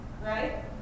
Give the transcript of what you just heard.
right